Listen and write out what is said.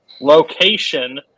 location